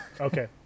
Okay